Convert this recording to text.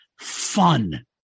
fun